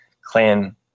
clan